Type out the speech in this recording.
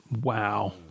Wow